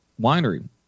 Winery